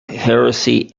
heresy